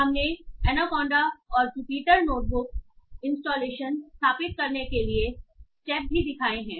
हमने एनाकोंडा और Jupyter notebook installation स्थापित करने के लिए स्टेप भी दिखाए हैं